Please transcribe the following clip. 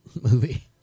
movie